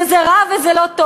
וזה רע וזה לא טוב.